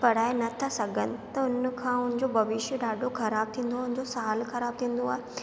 पढ़ाए नथा सघनि त उनखां उनजो भविष्य ॾाढो ख़राबु थींदो हुनजो साल ख़राबु थींदो आहे